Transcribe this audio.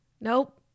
Nope